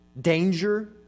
danger